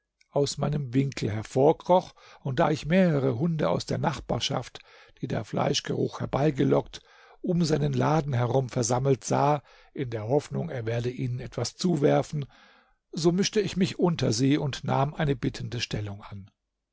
aus meinem winkel hervorkroch und da ich mehrere hunde aus der nachbarschaft die der fleischgeruch herbeigelockt um seinen laden herum versammelt sah in der hoffnung er werde ihnen etwas zuwerfen so mischte ich mich unter sie und nahm eine bittende stellung an